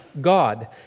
God